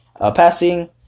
Passing